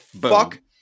fuck